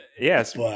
yes